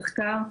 מחקר,